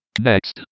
Next